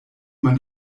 man